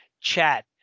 chat